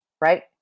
right